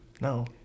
No